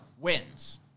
wins